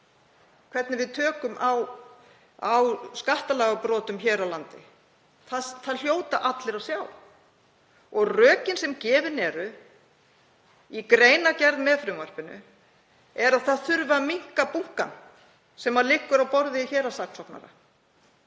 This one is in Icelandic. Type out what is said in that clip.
hvernig við tökum á skattalagabrotum hér á landi. Það hljóta allir að sjá. Rökin sem gefin eru í greinargerð með frumvarpinu eru að það þurfi að minnka bunkann sem liggur á borði héraðssaksóknara.